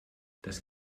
das